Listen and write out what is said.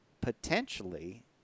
potentially